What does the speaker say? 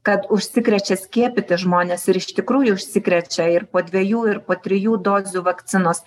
kad užsikrečia skiepyti žmonės ir iš tikrųjų užsikrečia ir po dviejų ir po trijų dozių vakcinos